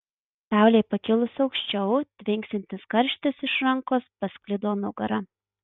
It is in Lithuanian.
saulei pakilus auščiau tvinksintis karštis iš rankos pasklido nugara